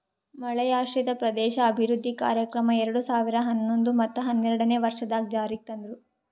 ಮಳೆಯಾಶ್ರಿತ ಪ್ರದೇಶ ಅಭಿವೃದ್ಧಿ ಕಾರ್ಯಕ್ರಮ ಎರಡು ಸಾವಿರ ಹನ್ನೊಂದು ಮತ್ತ ಹನ್ನೆರಡನೇ ವರ್ಷದಾಗ್ ಜಾರಿಗ್ ತಂದ್ರು